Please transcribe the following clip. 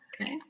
Okay